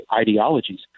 ideologies